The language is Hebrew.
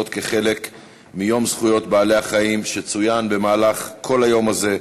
כחלק מיום זכויות בעלי-החיים שצוין במהלך כל היום הזה,